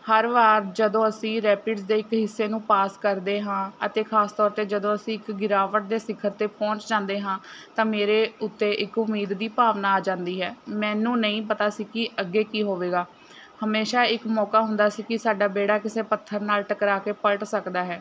ਹਰ ਵਾਰ ਜਦੋਂ ਅਸੀਂ ਰੈਪਿਡਸ ਦੇ ਇੱਕ ਹਿੱਸੇ ਨੂੰ ਪਾਸ ਕਰਦੇ ਹਾਂ ਅਤੇ ਖਾਸ ਤੌਰ 'ਤੇ ਜਦੋਂ ਅਸੀਂ ਇੱਕ ਗਿਰਾਵਟ ਦੇ ਸਿਖਰ 'ਤੇ ਪਹੁੰਚ ਜਾਂਦੇ ਹਾਂ ਤਾਂ ਮੇਰੇ ਉੱਤੇ ਇੱਕ ਉਮੀਦ ਦੀ ਭਾਵਨਾ ਆ ਜਾਂਦੀ ਹੈ ਮੈਨੂੰ ਨਹੀਂ ਪਤਾ ਸੀ ਕਿ ਅੱਗੇ ਕੀ ਹੋਵੇਗਾ ਹਮੇਸ਼ਾ ਇੱਕ ਮੌਕਾ ਹੁੰਦਾ ਸੀ ਕਿ ਸਾਡਾ ਬੇੜਾ ਕਿਸੇ ਪੱਥਰ ਨਾਲ ਟਕਰਾ ਕੇ ਪਲਟ ਸਕਦਾ ਹੈ